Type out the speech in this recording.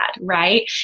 right